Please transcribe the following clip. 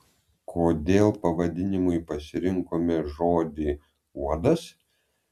kodėl pavadinimui pasirinkome žodį uodas